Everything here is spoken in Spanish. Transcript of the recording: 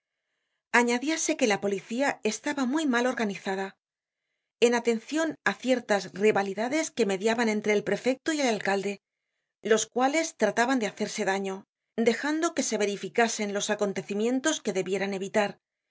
añadíase que la policía estaba muy mal organizada en atencion á ciertas rivalidades que mediaban entre el prefecto y el alcalde los cuales trataban de hacerse daño dejando que se verificasen los acontecimientos que debieran evitar y